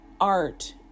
art